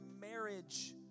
marriage